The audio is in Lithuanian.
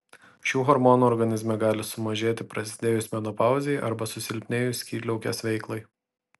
šių hormonų organizme gali sumažėti prasidėjus menopauzei arba susilpnėjus skydliaukės veiklai